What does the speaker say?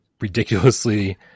ridiculously